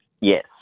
Yes